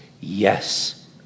Yes